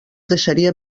deixaria